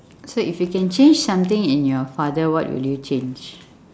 so if you can change something in your father what will you change